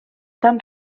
tan